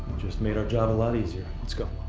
just made our job a lot easier. let's go.